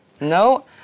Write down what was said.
No